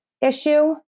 issue